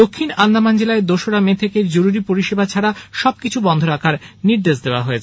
দক্ষিণ আন্দামান জেলায় দোসরা মে থেকে জরুরী পরিষেবা ছাড়া সবকিছু বন্ধ রাখার নির্দেশ দেওয়া হয়েছে